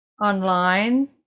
online